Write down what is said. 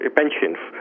pensions